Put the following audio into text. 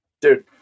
Dude